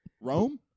Rome